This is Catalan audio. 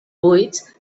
buits